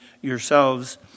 yourselves